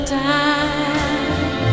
time